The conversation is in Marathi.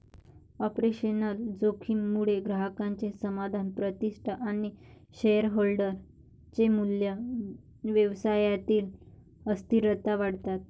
ऑपरेशनल जोखीम मुळे ग्राहकांचे समाधान, प्रतिष्ठा आणि शेअरहोल्डर चे मूल्य, व्यवसायातील अस्थिरता वाढतात